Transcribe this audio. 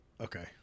Okay